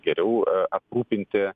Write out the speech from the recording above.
geriau aprūpinti